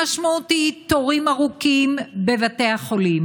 המשמעות היא תורים ארוכים בבתי החולים,